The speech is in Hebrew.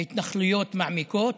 ההתנחלויות מעמיקות,